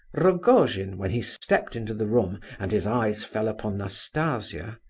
rogojin, when he stepped into the room, and his eyes fell upon nastasia,